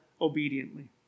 obediently